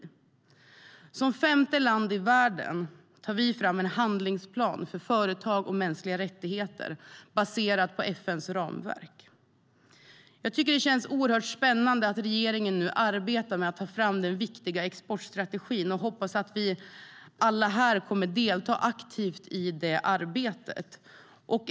Som femte land i världen tar vi fram en handlingsplan för företag och mänskliga rättigheter baserad på FN:s ramverk. Jag tycker att det känns oerhört spännande att regeringen nu arbetar med att ta fram den viktiga exportstrategin, och jag hoppas att vi alla här kommer att delta aktivt i det arbetet.